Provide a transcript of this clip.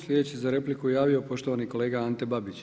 Sljedeći se za repliku javio poštovani kolega Ante Babić.